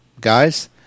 guys